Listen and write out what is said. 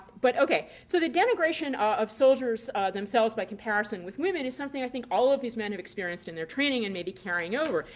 but ok so the denigration of soldiers themselves by comparison with women is something i think all of these men have experienced in their training and may be carrying over,